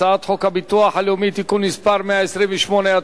הצעת חוק הביטוח הלאומי (תיקון מס' 128),